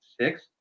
six